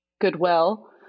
Goodwill